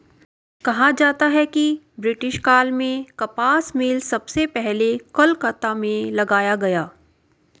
कहा जाता है कि ब्रिटिश काल में कपास मिल सबसे पहले कलकत्ता में लगाया गया